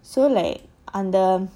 so like under